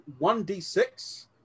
1d6